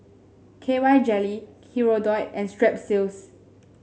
K Y Jelly Hirudoid and Strepsils